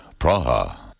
Praha